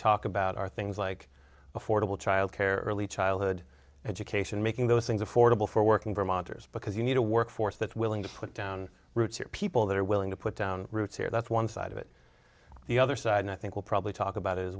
talk about are things like before double child care early childhood education making those things affordable for working vermonters because you need a workforce that willing to put down roots or people that are willing to put down roots here that's one side of it the other side and i think we'll probably talk about as